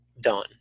done